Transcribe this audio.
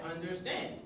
understand